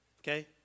Okay